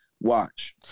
watch